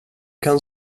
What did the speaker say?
kan